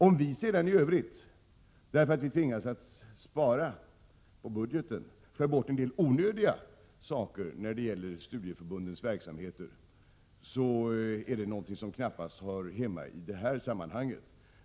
Om vi sedan i övrigt, därför att vi tvingas spara på budgeten, skär bort en del onödiga saker när det gäller studieförbundens verksamheter, så är det någonting som knappast hör hemma i det här sammanhanget.